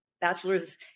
bachelor's